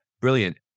Brilliant